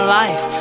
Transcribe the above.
life